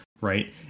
right